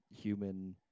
human